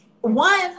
one